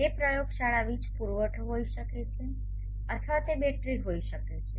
તે પ્રયોગશાળા વીજ પુરવઠો હોઈ શકે છે અથવા તે બેટરી હોઈ શકે છે